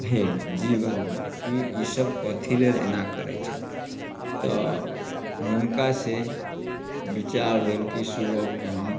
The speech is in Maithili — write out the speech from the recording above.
भेल जीवनमे की ई सब कथी लेल एना करै छथि तऽ हुनकासँ विचार भेल की सुबहमे हम